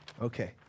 okay